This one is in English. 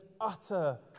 utter